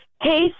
Hey